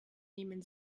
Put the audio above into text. nehmen